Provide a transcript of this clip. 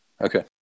Okay